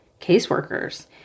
caseworkers